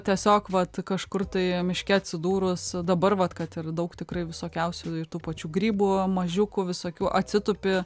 tiesiog vat kažkur tai miške atsidūrus dabar vat kad ir daug tikrai visokiausių ir tų pačių grybų mažiukų visokių atsitupi